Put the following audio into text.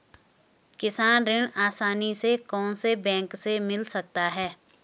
किसान ऋण आसानी से कौनसे बैंक से मिल सकता है?